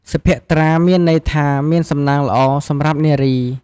សុភ័ក្ត្រា មានន័យថាមានសំណាងល្អ សម្រាប់នារី។